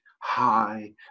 high